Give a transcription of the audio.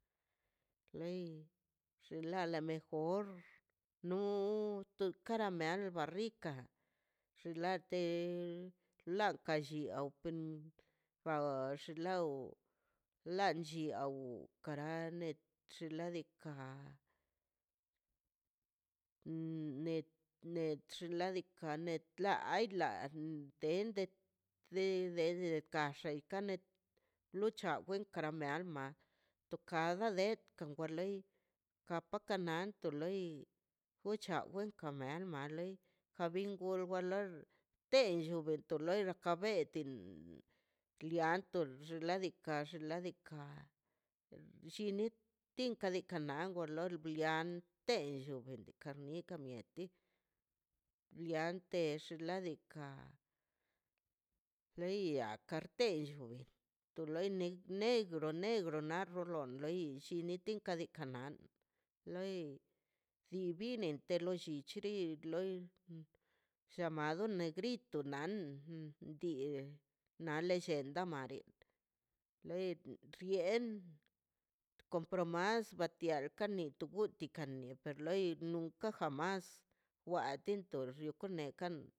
Lei xinla la mejor no kara mealba rica xinlate laka lliaw ba xilaw lan lliaw para nwch xin la net xinladika netla aila nten de de- de kaxtxe kanex mucha wen kara lma aga det wanti loi kam kato nan ti loi chawe kame maloi kan wi ma a loi ten lli wate loi kabetin liantox ladika xnaꞌ diikaꞌ llinin tinka wa noi wa loi lian tello ka mia ka mieti liantex xnaꞌ diikaꞌ leya kartello to loi ne negro negro ralon illin kane kanan li divine to loi lo llichiri loi llamado negrito nann dii na lellenda mari dii le rien compro mas batial kani ku gutan kanin nepe loi nunca jamas wiatin to rio kane kan.